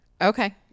Okay